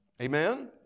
Amen